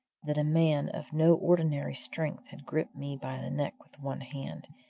that a man of no ordinary strength had gripped me by the neck with one hand,